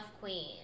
queen